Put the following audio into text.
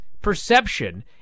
perception